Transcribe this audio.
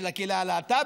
של הקהילה הלהט"בית.